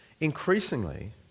Increasingly